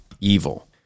evil